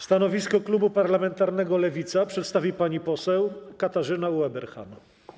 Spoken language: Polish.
Stanowisko klubu parlamentarnego Lewica przedstawi pani poseł Katarzyna Ueberhan.